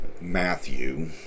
Matthew